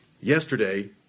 Yesterday